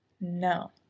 no